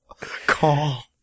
call